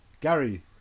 Gary